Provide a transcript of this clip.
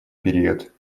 период